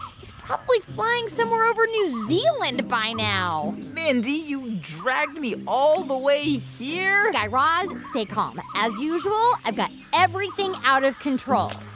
he's probably flying somewhere over new zealand by now mindy, you dragged me all the way here? guy raz, and stay calm. as usual, i've got everything out of control.